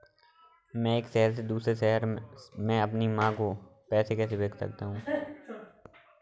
मैं एक शहर से दूसरे शहर में अपनी माँ को पैसे कैसे भेज सकता हूँ?